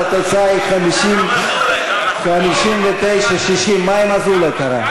התוצאה היא 59 60. מה קרה עם אזולאי?